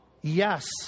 Yes